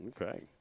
Okay